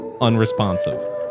unresponsive